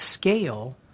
scale